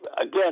again